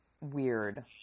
weird